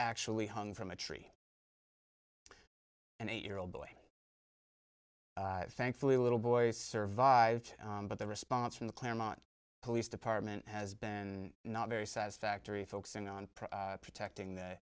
actually hung from a tree and eight year old boy thankfully little boy survived but the response from the claremont police department has been not very satisfactory focusing on protecting the